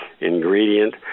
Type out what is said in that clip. ingredient